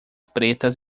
pretas